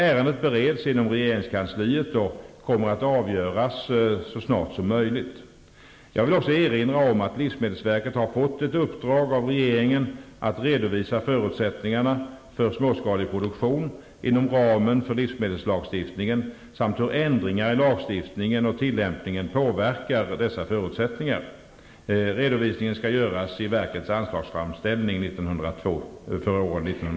Ärendet bereds inom regeringskansliet och kommer att avgöras så snart som möjligt. Jag vill också erinra om att livsmedelsverket har fått ett uppdrag av regeringen att redovisa förutsättningarna för småskalig produktion inom ramen för livsmedelslagstiftningen samt hur ändringar i lagstiftningen och tillämpningen påverkar dessa förutsättningar. Redovisningen skall göras i verkets anslagsframställning åren